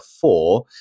four